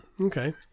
okay